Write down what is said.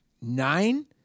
Nine